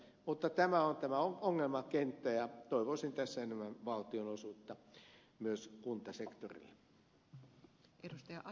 mutta tämä on tämä ongelmakenttä ja toivoisin tässä enemmän valtionosuutta myös kuntasektorille